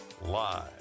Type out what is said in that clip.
live